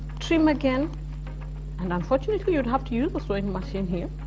trim again and unfortunately you and have to use a sewing machine here.